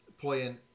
playing